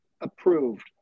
approved